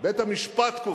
בית-המשפט קובע.